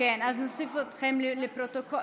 נוסיף אתכם לפרוטוקול.